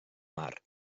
mar